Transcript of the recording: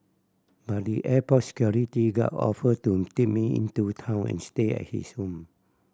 but the airport security guard offered to take me into town and stay at his home